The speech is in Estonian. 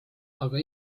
aga